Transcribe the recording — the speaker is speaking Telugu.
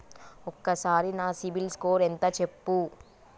ఒక్కసారి నా సిబిల్ స్కోర్ ఎంత చెప్పు?